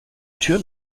tür